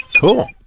Cool